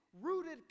rooted